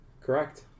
Correct